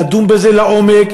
לדון בזה לעומק,